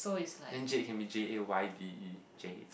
and Jayde can be J A Y D E Jayde